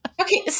Okay